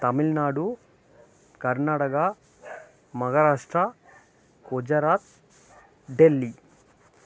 Tamil Nadu Karnataka Maharashtra Gujarat Delhi